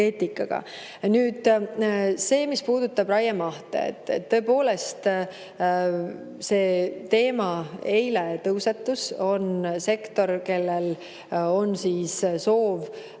Nüüd sellest, mis puudutab raiemahte. Tõepoolest see teema eile tõusetus. On sektor, kellel on soov